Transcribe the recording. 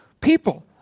People